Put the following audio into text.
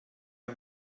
wir